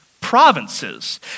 provinces